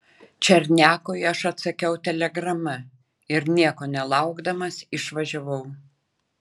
černiakui aš atsakiau telegrama ir nieko nelaukdamas išvažiavau